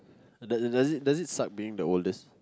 does does it does it suck being the oldest